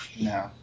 No